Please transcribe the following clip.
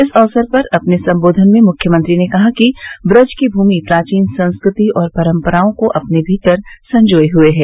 इस अवसर पर अपने संबोधन में मुख्यमंत्री ने कहा कि ब्रज की भूमि प्राचीन संस्कृति और परंपराओं को अपने भीतर संजोये हुए है